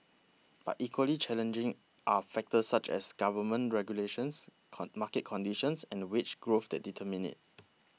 but equally challenging are factors such as government regulations con market conditions and wage growth that determine it